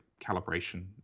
calibration